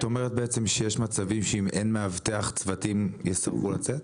את אומרת בעצם שיש מצבים שאם אין מאבטח צוותים יסרבו לצאת?